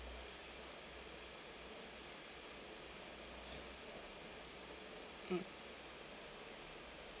mm